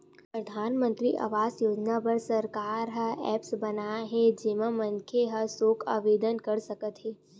परधानमंतरी आवास योजना बर सरकार ह ऐप बनाए हे जेमा मनखे ह सोझ आवेदन कर सकत हे